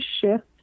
shift